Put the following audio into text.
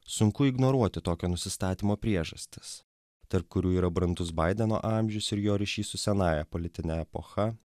sunku ignoruoti tokio nusistatymo priežastis tarp kurių yra brandus baideno amžius ir jo ryšis su senąja politine epocha